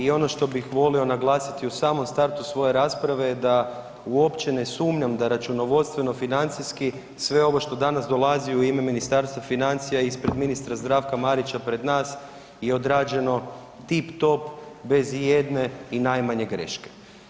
I ono što bih volio naglasiti u samom startu svoje rasprave je da uopće ne sumnjam da računovodstveno financijski sve ovo što danas dolazi u ime Ministarstva financija ispred ministra Zdravka Marića pred nas je odrađeno tip top bez ijedne i najmanje greške.